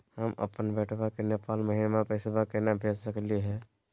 हम अपन बेटवा के नेपाल महिना पैसवा केना भेज सकली हे?